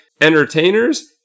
entertainers